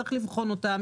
צריך לבחון אותם,